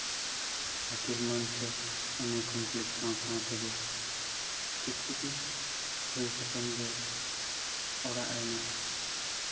ᱟᱹᱠᱤᱞ ᱢᱟᱹ ᱥᱮ ᱮᱢ ᱮ ᱠᱚᱢᱯᱤᱞᱤᱴ ᱥᱟᱶ ᱥᱟᱶ ᱛᱮᱜᱮ ᱠᱤᱪᱷᱩ ᱫᱤᱱ ᱦᱩᱭ ᱠᱟᱛᱮᱫ ᱜᱮ ᱚᱲᱟᱜ ᱨᱮᱱᱟᱜ